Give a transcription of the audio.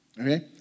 Okay